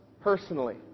personally